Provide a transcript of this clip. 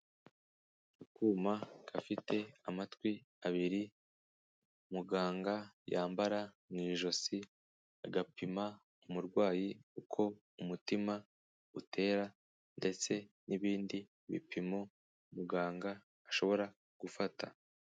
Akuma gafite amatwi abiri, muganga yambara mu ijosi, agapima umurwayi uko umutima utera ndetse n'ibindi bipimo muganga ashobora gufata.